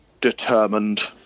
determined